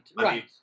right